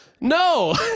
No